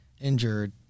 injured